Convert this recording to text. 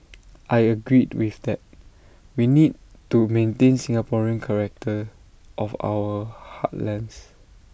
I agreed with that we need to maintain the Singaporean character of our heartlands